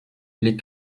les